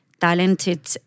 talented